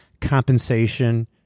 compensation